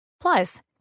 plus